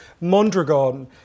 Mondragon